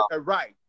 right